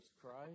Christ